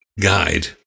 guide